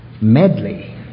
medley